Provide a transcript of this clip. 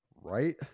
right